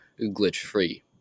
glitch-free